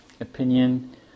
opinion